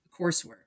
coursework